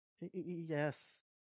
Yes